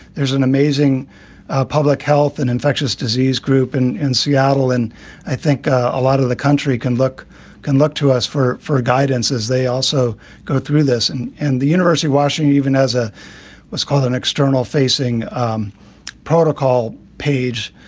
there's an amazing public health and infectious disease group in and seattle. and i think a lot of the country can look can look to us for for guidance as they also go through this and and the university watching even as a what's called an external facing um protocol page.